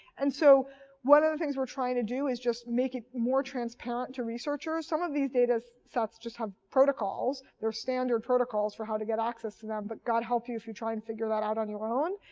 and so one of the things we're trying to do is just make it more transparent to researchers. some of these data sets just have protocols. there are standard protocols for how to get access to them, but god help you if you try and figure that out on your own.